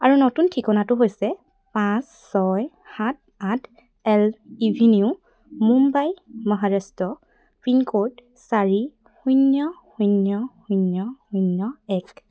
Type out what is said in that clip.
আৰু নতুন ঠিকনাটো হৈছে পাঁচ ছয় সাত আঠ Elm avenue Mumbai Maharashtra pincode চাৰি শূন্য শূন্য শূন্য শূন্য এক